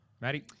Maddie